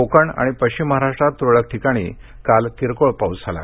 कोकण आणि पश्चिम महाराष्ट्रात त्रळक ठिकाणी काल किरकोळ पाऊस झाला